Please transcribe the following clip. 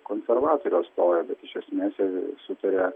konservatorių atstovai bet iš esmės jie sutaria